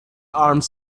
armed